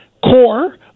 core